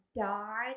died